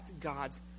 God's